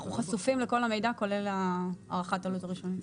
אנחנו חשופים לכל המידע כולל הערכת העלות הראשונית.